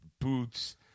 boots